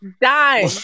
dime